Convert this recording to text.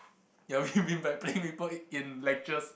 ya by playing Maple in in lectures